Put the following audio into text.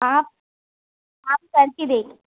आप आप करके देखिए